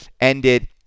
ended